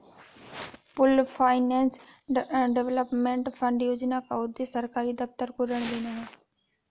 pooled finance development fund योजना का उद्देश्य सरकारी दफ्तर को ऋण देना है